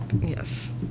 Yes